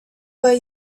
but